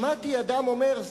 שמעתי אדם אומר,